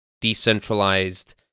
decentralized